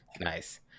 Nice